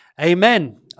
Amen